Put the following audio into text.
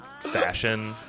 fashion